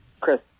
Chris